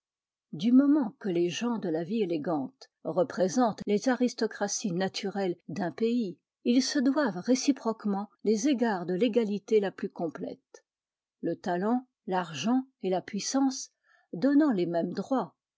du moment que les gens de la vie élégante représentent les aristocraties naturelles d'un pays ils se doivent réciproquement les égards de l'égalité la plus complète le talent l'argent et la puissance donnant les mêmes droits